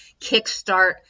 kickstart